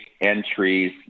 entries